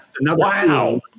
Wow